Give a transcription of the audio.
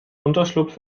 unterschlupf